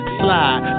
slide